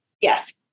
Yes